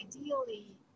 ideally